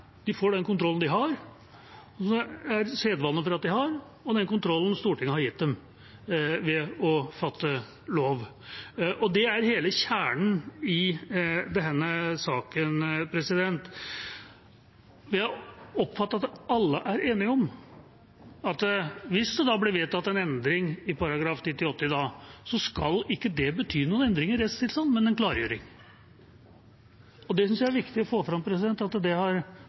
de får den kontrollen de har, som det er sedvane for at de har, og den kontrollen Stortinget har gitt dem ved å fatte lov. Det er hele kjernen i denne saken. Det jeg oppfatter at alle er enige om, er at hvis det blir vedtatt en endring i § 89 i dag, skal ikke det bety noen endring i rettstilstand, men en klargjøring. Jeg synes det er viktig å få fram at det har